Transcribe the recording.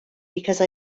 because